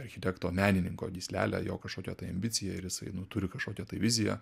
architekto menininko gyslelę jo kažkokią tai ambiciją ir jisai nu turi kažkokią tai viziją